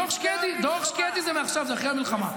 דוח שקדי זה מעכשיו, זה אחרי המלחמה.